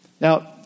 Now